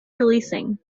releasing